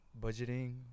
budgeting